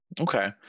Okay